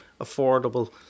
affordable